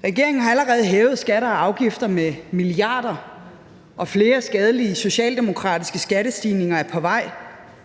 Kl. 10:05 Regeringen har allerede hævet skatter og afgifter med milliarder, og flere skadelige socialdemokratiske skattestigninger er på vej.